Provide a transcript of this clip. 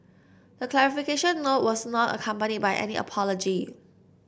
the clarification note was not accompanied by any apology